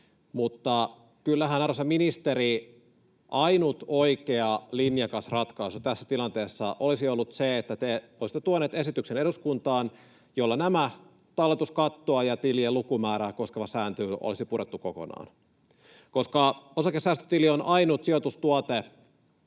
mutta kyllähän, arvoisa ministeri, ainut oikea, linjakas ratkaisu tässä tilanteessa olisi ollut se, että te olisitte tuonut eduskuntaan esityksen, jolla talletuskattoa ja tilien lukumäärää koskeva sääntely olisi purettu kokonaan, koska osakesäästötili on ainut sijoitustuote